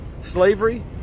slavery